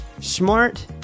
smart